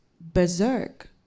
berserk